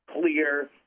clear